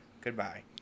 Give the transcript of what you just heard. Goodbye